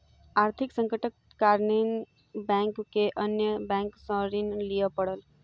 आर्थिक संकटक कारणेँ बैंक के अन्य बैंक सॅ ऋण लिअ पड़ल